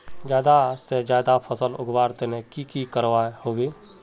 ज्यादा से ज्यादा फसल उगवार तने की की करबय होबे?